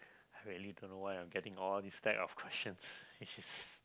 I really don't know why I'm getting all this type of questions which is